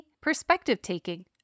perspective-taking